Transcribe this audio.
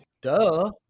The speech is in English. Duh